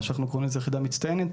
אנחנו קוראים לזה יחידה מצטיינת,